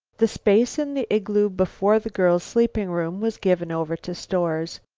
the space in the igloo before the girls' sleeping room was given over to stores.